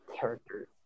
characters